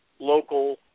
local